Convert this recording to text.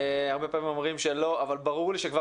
הרבה פעמים אומרים שלא כך הוא אבל ברור לי שכבר